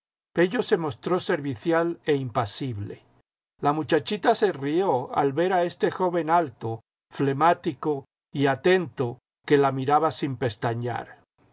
pello se mostró servicial e impasible la muchachita se rió al ver a este joven alto flemático y atento que la miraba sin pestañear